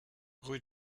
rue